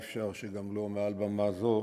אי-אפשר שלא נביע תנחומים מעל במה זו